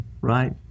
Right